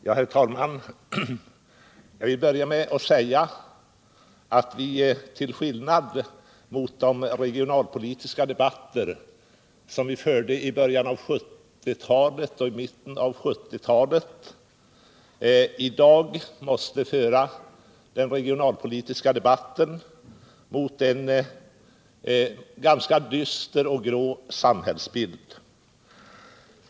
Herr talman! Jag vill börja med att säga att vi i dag, till skillnad mot de regionalpolitiska debatter vi förde i början och i mitten av 1970-talet, måste föra denna debatt mot bakgrunden av en ganska dyster och grå samhällsbild: 1.